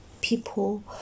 people